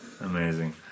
Amazing